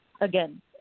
Again